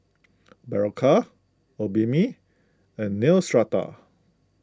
Berocca Obimin and Neostrata